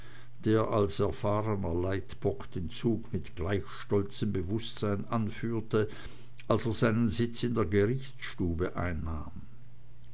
der als erfahrener leitbock den zug mit gleich stolzem bewußtsein anführte als er seinen sitz in der gerichtsstube einnahm